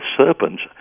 serpents